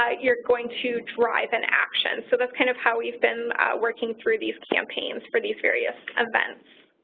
ah you're going to drive an action. so that's kind of how we've been working through these campaigns for these various events.